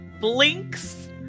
blinks